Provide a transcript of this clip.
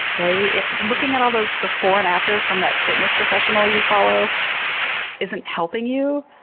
right? if looking at all those before and afters from that fitness professional you follow isn't helping you,